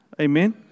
Amen